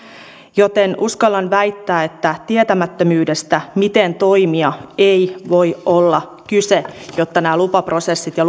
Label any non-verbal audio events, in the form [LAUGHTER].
joten uskallan väittää että tietämättömyydestä miten toimia ei voi olla kyse siinä että nämä lupaprosessit ja [UNINTELLIGIBLE]